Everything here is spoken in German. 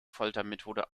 foltermethode